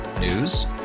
News